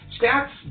stats